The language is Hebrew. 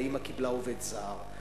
והאמא קיבלה עובד זר,